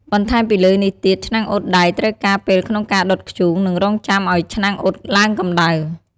បន្ថែមពីលើនេះទៀត ឆ្នាំងអ៊ុតដែកត្រូវការពេលក្នុងការដុតធ្យូង និងរង់ចាំឱ្យឆ្នាំងអ៊ុតឡើងកម្ដៅ។